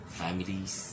families